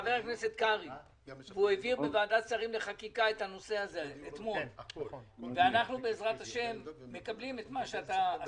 בחקיקה הנוכחית ולא צריך להפריד את זה.